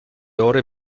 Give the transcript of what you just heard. ore